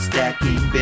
Stacking